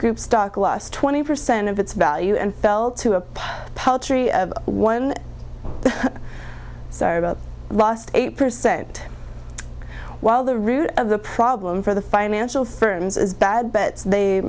group stock lost twenty percent of its value and fell to a paltry of one sorry about the last eight percent while the root of the problem for the financial firms is bad bets they